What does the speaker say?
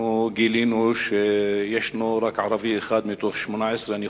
אנחנו גילינו שיש רק ערבי אחד מתוך 18. אני